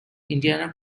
indiana